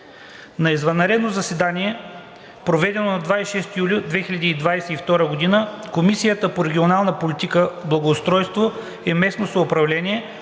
На извънредно заседание, проведено на 26 юли 2022 г., Комисията по регионална политика, благоустройство и местно самоуправление